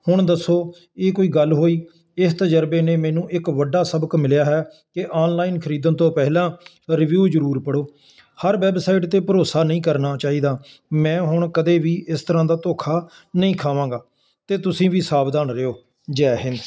ਹੁਣ ਦੱਸੋ ਇਹ ਕੋਈ ਗੱਲ ਹੋਈ ਇਸ ਤਜ਼ਰਬੇ ਨੇ ਮੈਨੂੰ ਇੱਕ ਵੱਡਾ ਸਬਕ ਮਿਲਿਆ ਹੈ ਕਿ ਆਨਲਾਈਨ ਖਰੀਦਣ ਤੋਂ ਪਹਿਲਾਂ ਰਿਵਿਊ ਜਰੂਰ ਪੜੋ ਹਰ ਵੈੱਬਸਾਈਟ 'ਤੇ ਭਰੋਸਾ ਨਹੀਂ ਕਰਨਾ ਚਾਹੀਦਾ ਮੈਂ ਹੁਣ ਕਦੇ ਵੀ ਇਸ ਤਰ੍ਹਾਂ ਦਾ ਧੋਖਾ ਨਹੀਂ ਖਾਵਾਂਗਾ ਅਤੇ ਤੁਸੀਂ ਵੀ ਸਾਵਧਾਨ ਰਹੋ ਜੈ ਹਿੰਦ